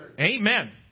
Amen